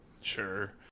Sure